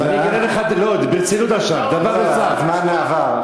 תודה לך, הזמן עבר.